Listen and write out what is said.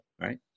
Right